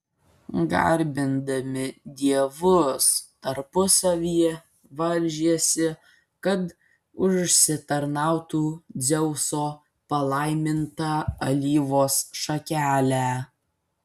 garbindami dievus tarpusavyje varžėsi kad užsitarnautų dzeuso palaimintą alyvos šakelę